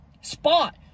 spot